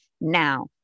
Now